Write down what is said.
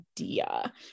idea